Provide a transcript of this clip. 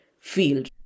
field